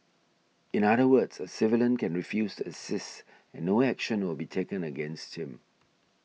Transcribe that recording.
in other words a civilian can refuse assist and no action will be taken against him